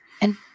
And-